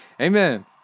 Amen